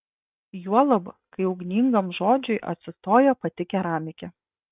juolab kai ugningam žodžiui atsistoja pati keramikė